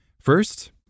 First